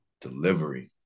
Delivery